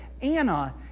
Anna